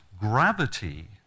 gravity